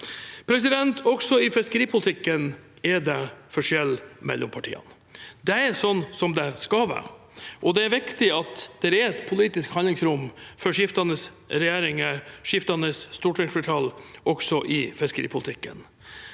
stemmer. Også i fiskeripolitikken er det forskjell mellom partiene. Det er slik det skal være, og det er viktig at det er et politisk handlingsrom for skiftende regjeringer og skiftende stortingsflertall også i fiskeripolitikken.